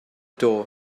door